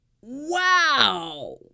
wow